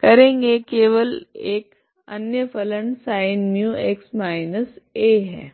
करेगे केवल एक आइगन फलन sin μx−a है